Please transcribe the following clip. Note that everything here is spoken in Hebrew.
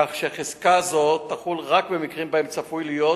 כך שחזקה זו תחול רק במקרים שבהם צפוי להיות